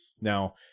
Now